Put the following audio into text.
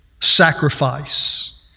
sacrifice